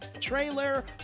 trailer